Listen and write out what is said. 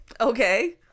Okay